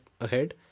ahead